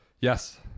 Yes